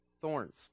Thorns